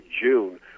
June